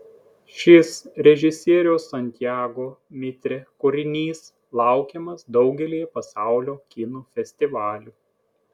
šis režisieriaus santiago mitre kūrinys laukiamas daugelyje pasaulio kino festivalių